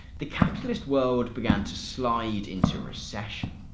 the capitalist world began to slide into recession.